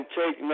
take